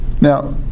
Now